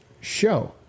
show